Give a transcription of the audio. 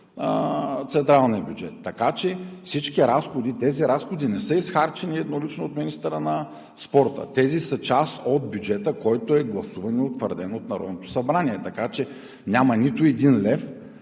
централния бюджет. Така че всички разходи, тези разходи не са изхарчени еднолично от министъра на спорта. Те са част от бюджета, който е гласуван и утвърден от Народното събрание, така че няма нито един лев,